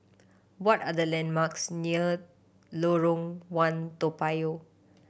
what are the landmarks near Lorong One Toa Payoh